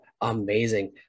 amazing